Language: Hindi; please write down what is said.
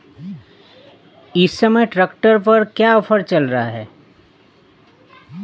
इस समय ट्रैक्टर पर क्या ऑफर चल रहा है?